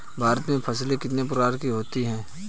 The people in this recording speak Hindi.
भारत में फसलें कितने प्रकार की होती हैं?